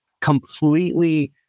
completely